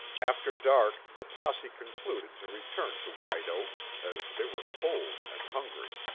after dark the posse concluded to return to white oaks, as they were cold and hungry.